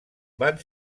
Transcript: van